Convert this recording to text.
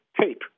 tape